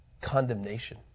condemnation